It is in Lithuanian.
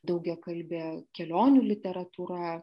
daugiakalbė kelionių literatūra